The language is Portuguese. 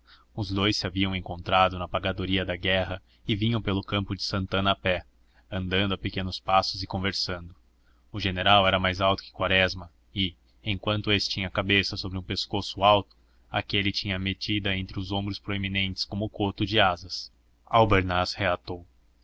os dous se haviam encontrado na pagadoria da guerra e vinham pelo campo de santanna a pé andando a pequenos passos e conversando o general era mais alto que quaresma e enquanto este tinha a cabeça sobre um pescoço alto aquele a tinha metida entre os ombros proeminentes como cotos de asas albernaz reatou